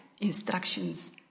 instructions